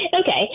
Okay